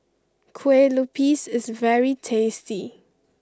Kueh Lupis is very tasty